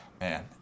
Man